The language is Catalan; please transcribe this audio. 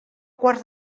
quarts